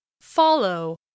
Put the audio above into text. Follow